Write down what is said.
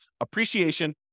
appreciation